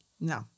No